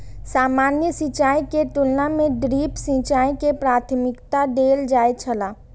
सामान्य सिंचाई के तुलना में ड्रिप सिंचाई के प्राथमिकता देल जाय छला